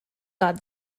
god